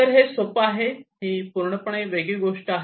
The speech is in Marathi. तर हे सोप आहे ही पूर्णपणे वेगळी गोष्ट आहे